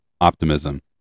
optimism